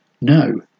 no